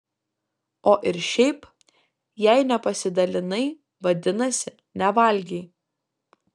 o ir šiaip jei nepasidalinai vadinasi nevalgei